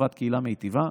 לטובת קהילה מיטיבה.